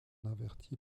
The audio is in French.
avertit